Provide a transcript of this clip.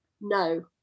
no